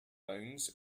bones